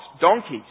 donkeys